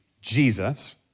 Jesus